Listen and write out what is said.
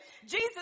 Jesus